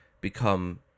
become